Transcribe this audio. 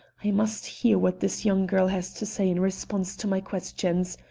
i must hear what this young girl has to say in response to my questions.